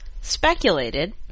speculated